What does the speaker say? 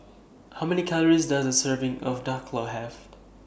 How Many Calories Does A Serving of Dhokla Have